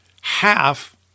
half